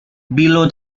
below